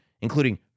including